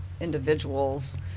individuals